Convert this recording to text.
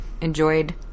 enjoyed